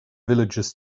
villagers